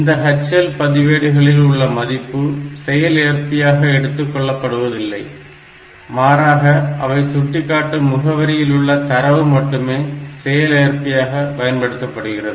இந்தப் HL பதிவேடுகளில் உள்ள மதிப்பு செயல் ஏற்பியாக எடுத்துக் கொள்ளப்படுவதில்லை மாறாக அவை சுட்டிக்காட்டும் முகவரியில் உள்ள தரவு மட்டுமே செயல்ஏற்பியாக பயன்படுத்தப்படுகிறது